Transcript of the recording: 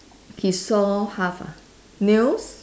he saw half ah nails